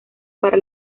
para